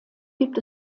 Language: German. gibt